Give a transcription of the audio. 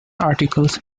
articles